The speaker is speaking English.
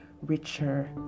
richer